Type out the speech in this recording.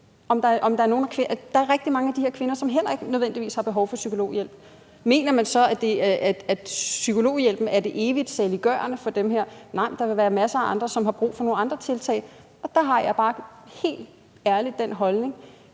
Der er rigtig mange af de her kvinder, som heller ikke nødvendigvis har behov for psykologhjælp. Mener man så, at psykologhjælpen er det evigt saliggørende for dem her? Nej, der vil være masser af andre, som har brug for nogle andre tiltag. Og helt ærligt, der har jeg bare den holdning,